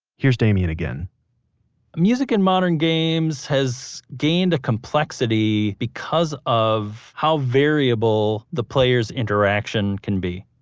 here's damien again music in modern games has gained a complexity because of how variable the player's interaction can be.